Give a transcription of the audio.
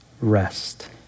rest